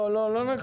לא, לא נכון.